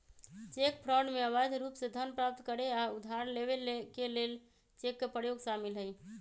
cheque fraud में अवैध रूप से धन प्राप्त करे आऽ उधार लेबऐ के लेल चेक के प्रयोग शामिल हइ